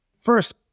First